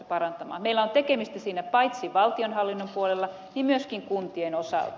meillä on tekemistä siinä paitsi valtionhallinnon puolella myöskin kuntien osalta